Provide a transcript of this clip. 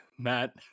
Matt